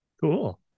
Cool